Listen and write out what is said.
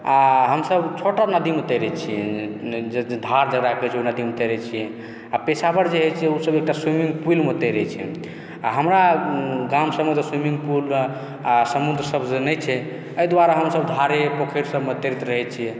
आओर हम सभ छोटो नदीमे तैरे छियै धार जकरा कहै छै ओहि नदीमे तैरे छियै आओर पेशावर जे होइ छै उ सभ एकटा स्विमिंग पुलमे तैरे छै आ हमरा गाम सभमे तऽ स्विमिंग पुल आओर समुद्र सभ तऽ नहि छै एहि दुआरे हम सभ धारे पोखरि सभमे तैरैत रहै छियै